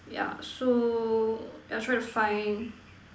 yeah so yeah try to find